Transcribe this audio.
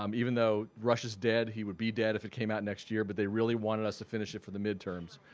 um even though rush is dead he would be dead if it came out next year but they really wanted us to finish it for the midterms,